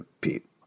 Pete